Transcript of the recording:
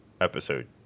episode